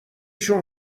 شون